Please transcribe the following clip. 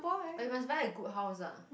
but you must buy a good house ah